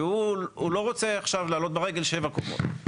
והוא לא רוצה עכשיו לעלות ברגל 7 קומות.